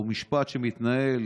או מתנהל